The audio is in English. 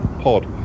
pod